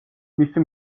მისი